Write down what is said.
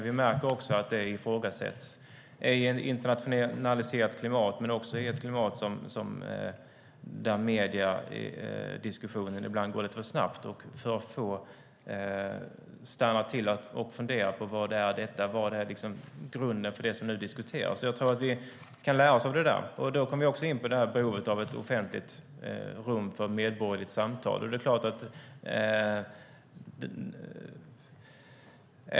Vi märker att det ifrågasätts i ett internationaliserat klimat men också i ett klimat där mediediskussionen ibland går lite för snabbt, och då får vi stanna till och fundera: Vad är detta? Vad är grunden för det som nu diskuteras? Jag tror att vi kan lära oss något av det. Då kommer jag också in på behovet av ett offentligt rum för medborgerligt samtal.